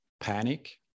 panic